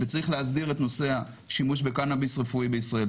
וצריך להסדיר את נושא השימוש בקנאביס רפואי בישראל.